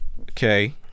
okay